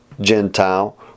Gentile